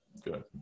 Good